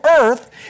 earth